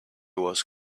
was